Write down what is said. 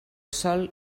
sol